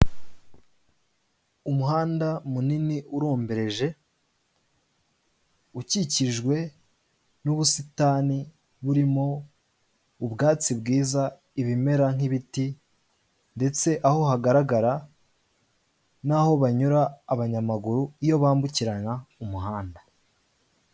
Umuhanda munini urombereje ukikijwe n'ubusitani burimo ubwatsi bwiza, ibimera nk'ibiti ndetse aho hagaragara naho banyura abanyamaguru iyo bambukiranya umuhanda.